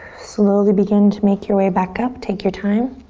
slowly begin to make your way back up. take your time.